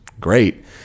great